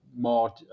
more